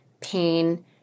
pain